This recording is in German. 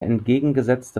entgegengesetzte